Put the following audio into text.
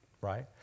Right